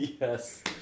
Yes